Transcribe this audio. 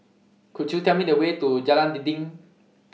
Could YOU Tell Me The Way to Jalan Dinding